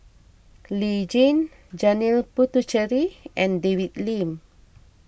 Lee Tjin Janil Puthucheary and David Lim